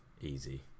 easy